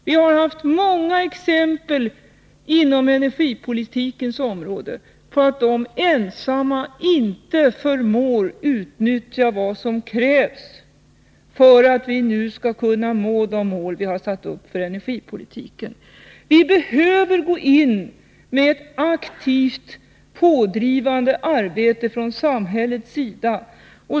Vi har haft många exempel inom energipolitikens område på att de ensamma inte förmår utnyttja vad som krävs för att vi skall kunna nå de mål vi har satt upp för energipolitiken. Vi behöver gå in med ett aktivt pådrivande arbete från samhällets sida.